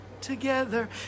together